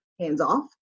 hands-off